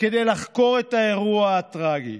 כדי לחקור את האירוע הטרגי.